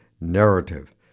narrative